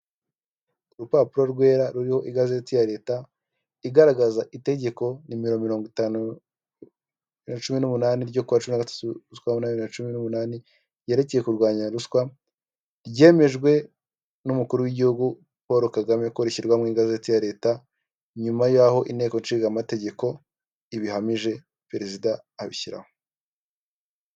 Urupapuro rwera ruriho igazeti ya leta igaragaza itegeko nimero mirongo itanu na cumi n'umunani ryo ku wa cumi na gatatu z'ukwa munani bibiri na cumi n'umunani yerekeye kurwanya ruswa ryemejwe n'umukuru w'igihugu Paul Kagame ko rishyirwa mu igazeti ya leta nyuma y'aho inteko Ishinga Amategeko ibihamije perezida abishyiraho.